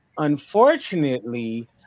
Unfortunately